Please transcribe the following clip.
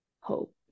hope